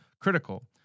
critical